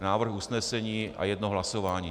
Návrh usnesení a jedno hlasování.